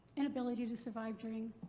an ability to survive during.